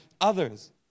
others